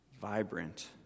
vibrant